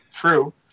True